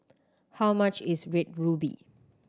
how much is Red Ruby